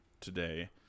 today